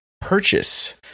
purchase